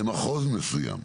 למחוז מסוים.